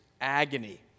agony